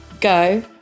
go